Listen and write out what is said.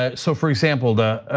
ah so for example, the